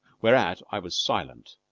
whereat i was silent.